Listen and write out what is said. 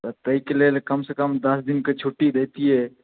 तऽ ताहि के लेल कम सऽ कम दस दिनके छुट्टी दैतियै